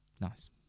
Nice